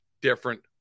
different